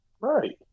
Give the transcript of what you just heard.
Right